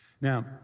Now